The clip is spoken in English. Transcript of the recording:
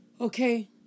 Okay